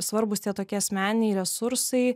svarbūs tie tokie asmeniniai resursai